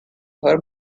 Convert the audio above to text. her